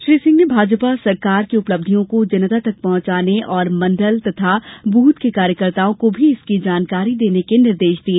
श्री सिंह ने भाजपा सरकार की उपलब्धियों को जनता तक पहुंचाने और मंडल एवं ब्रथ के कार्यकर्ताओं को भी इसकी जानकारी देने के निर्देश दिए